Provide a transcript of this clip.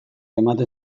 ematen